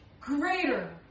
greater